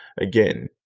again